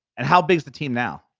and how big's the team now?